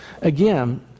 Again